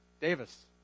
Davis